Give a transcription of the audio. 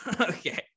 Okay